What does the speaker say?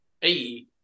Hey